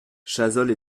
chazolles